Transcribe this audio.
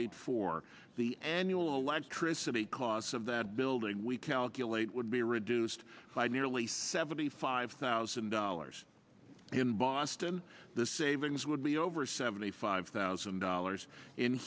eight four the annual electricity costs of that building we calculate would be reduced by nearly seventy five thousand dollars in boston the savings would be over seventy five thousand dollars in